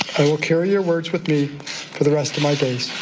i will carry her words with me for the rest of my days.